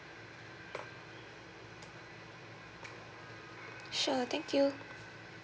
sure thank you